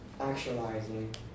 actualizing